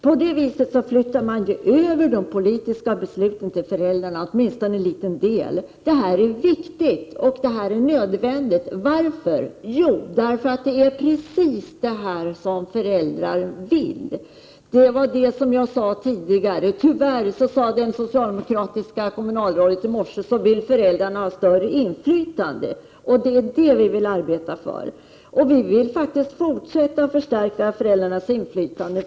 På det viset flyttar man ju över åtminstone en liten del av de politiska besluten till föräldrarna. Det är viktigt och nödvändigt. Varför? Jo, därför att det är precis vad föräldrar vill. Tyvärr, sade ett socialdemokratiskt kommunalråd i morse, vill föräldrarna ha större inflytande. Men det är just det vi vill arbeta för. Vi vill faktiskt fortsätta att stärka föräldrarnas inflytande.